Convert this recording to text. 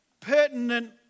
pertinent